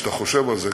כשאתה חושב על זה,